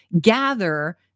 gather